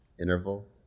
interval